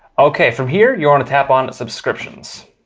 okay from here you want to tap on subscriptions.